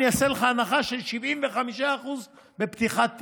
אני אעשה לך הנחה של 75% בפתיחת התיק.